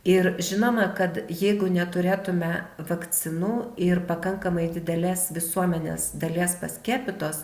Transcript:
ir žinoma kad jeigu neturėtume vakcinų ir pakankamai didelės visuomenės dalies paskiepytos